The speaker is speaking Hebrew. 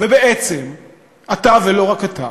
ובעצם אתה, ולא רק אתה,